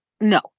No